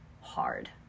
hard